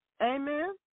Amen